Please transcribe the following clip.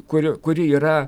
kurio kuri yra